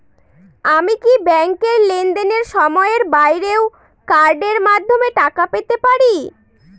আমি কি ব্যাংকের লেনদেনের সময়ের বাইরেও কার্ডের মাধ্যমে টাকা পেতে পারি?